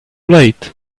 late